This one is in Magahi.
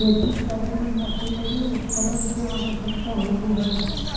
खेती करे में मशीनरी उपकरण के आवश्यकता होबो हइ